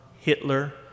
Hitler